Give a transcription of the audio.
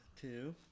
two